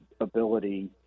ability